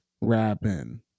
rapping